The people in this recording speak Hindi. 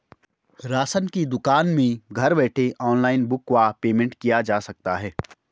राशन की दुकान में घर बैठे ऑनलाइन बुक व पेमेंट किया जा सकता है?